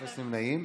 אין נמנעים.